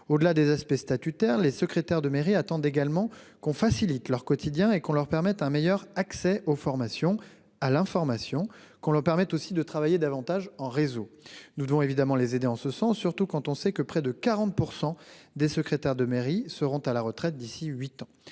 Au-delà des aspects statutaires, les secrétaires de mairie attendent également qu'on facilite leur quotidien et qu'on leur permette un meilleur accès aux formations, à l'information, et qu'on leur permette aussi de travailler davantage en réseau. Nous devons évidemment les aider en sens, surtout quand on sait que près de 40 % d'entre eux seront à la retraite d'ici à huit